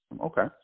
Okay